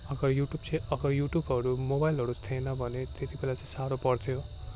अगर युट्युब चाहिँ अगर युट्युबहरू मोबाइलहरू थिएन भने त्यतिबेला चैँ साह्रो पर्थ्यो